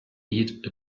beat